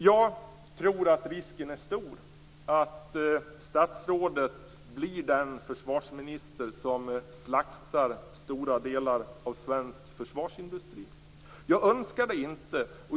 Jag tror att risken är stor att statsrådet blir den försvarsminister som slaktar stora delar av svensk försvarsindustri. Jag önskar det inte.